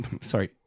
sorry